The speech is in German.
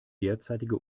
derzeitige